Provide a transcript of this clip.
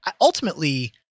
ultimately